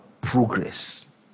progress